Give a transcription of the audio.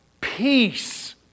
peace